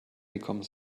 gekommen